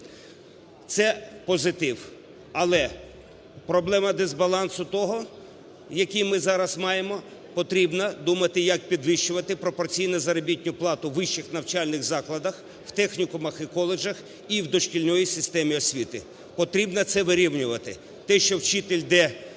Це позитив. Але проблема дисбалансу того, який ми зараз маємо. Потрібно думати, як підвищувати пропорційно заробітну плату у вищих навчальних закладах, в технікумах і коледжах, і в дошкільній системі освіти. Потрібно це вирівнювати. Те, що вчитель, де